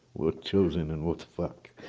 what chosen and what fuck,